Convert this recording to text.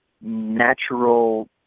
natural